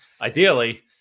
ideally